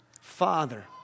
Father